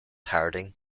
harding